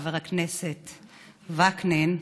חבר הכנסת וקנין,